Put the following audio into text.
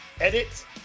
edit